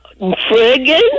friggin